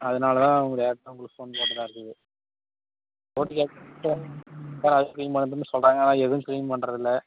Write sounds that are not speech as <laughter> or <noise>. அதனால தான் உங்களுக் டைரெக்டா உங்களுக்கு போன் போட்ட தான் இருக்குது ஓட்டு கேட்கும்போது <unintelligible> சார் அதை க்ளீன் பண்ணுறேன்னு சொல்கிறாங்க ஆனால் எதுவும் க்ளீன் பண்ணுறதில்ல